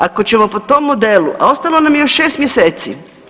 Ako ćemo po tom modelu, a ostalo nam je još 6 mjeseci.